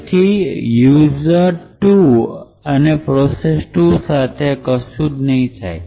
તેથી user ૨ process ૨ સાથે કશું જ નહીં થાય